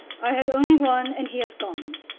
i had only one, and he has gone.